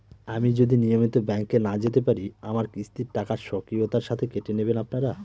আমি যদি নিয়মিত ব্যংকে না যেতে পারি আমার কিস্তির টাকা স্বকীয়তার সাথে কেটে নেবেন আপনারা?